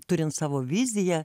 turint savo viziją